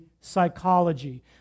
psychology